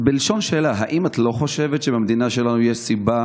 בלשון שאלה: האם את לא חושבת שבמדינה שלנו יש סיבה